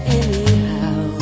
anyhow